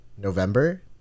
November